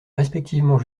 respectivement